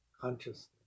consciousness